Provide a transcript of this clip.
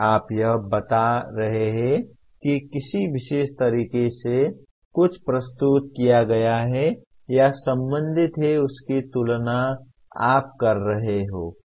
आप यह बता रहे हैं कि किसी विशेष तरीके से जो कुछ प्रस्तुत किया गया है या संबंधित है उसकी तुलना आप कर रहे हैं